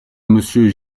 monsieur